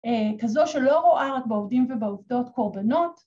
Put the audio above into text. ‫כזו שלא רואה רק בעובדים ‫ובעובדות קורבנות.